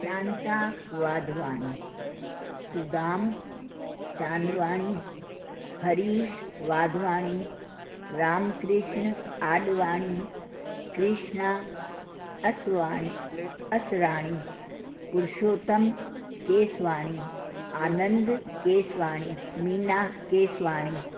Shanta Wadhwani Sudam Chandwani Harish Wadhwani Ram Krishna Advani Krishna Aswani Asrani Purushottam Keswani Anand Keswani Meena Keswani